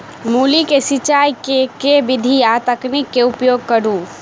मूली केँ सिचाई केँ के विधि आ तकनीक केँ उपयोग करू?